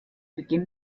beginn